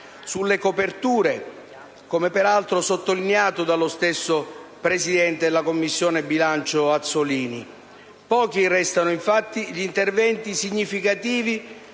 sulle coperture, come peraltro sottolineato dallo stesso presidente della Commissione bilancio, Azzollini. Pochi restano infatti gli interventi significativi